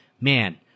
man